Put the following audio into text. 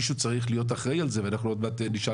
מישהו צריך להיות אחראי על זה ואנחנו עוד מעט נשאל